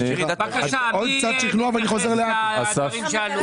בבקשה, מי מתייחס לדברים שעלו?